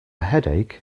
headache